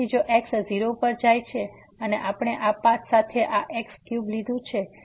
તેથી જો x 0 પર જાય છે અને આપણે આ પાથ સાથે આ x ક્યુબ લઈ લીધું છે